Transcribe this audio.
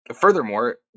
Furthermore